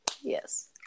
Yes